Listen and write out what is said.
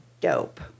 dope